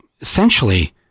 essentially